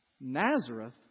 Nazareth